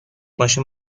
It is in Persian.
ماشین